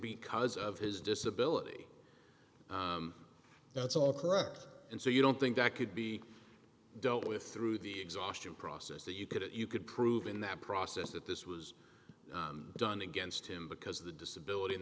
because of his disability that's all correct and so you don't think that could be dealt with through the exhaustive process that you couldn't you could prove in that process that this was done against him because the disability